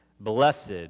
Blessed